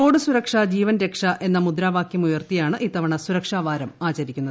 road സുരക്ഷ ജീവൻ രക്ഷ എന്ന മുദ്രാവാക്യം ഉയർത്തിയാണ് ഇത്തവണ സുരക്ഷാവാരം ആചരിക്കുന്നത്